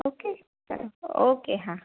okay thanks okay હા